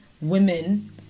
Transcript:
women